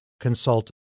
consult